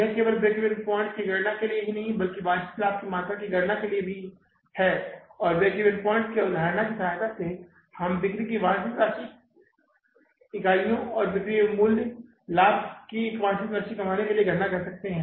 यह केवल break even points की गणना करने के लिए ही नहीं है बल्कि लाभ की वांछित मात्रा की गणना करने के लिए भी है और ब्रेक इवन पॉइंट्स की अवधारणा की सहायता से हम बिक्री की वांछित राशि की इकाइयों या बिक्री के मूल्य लाभ की एक वांछित राशि कमाने के लिए गणना कर सकते हैं